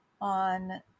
on